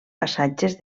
passatges